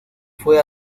fue